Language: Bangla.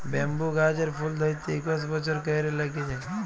ব্যাম্বু গাহাচের ফুল ধ্যইরতে ইকশ বসর ক্যইরে ল্যাইগে যায়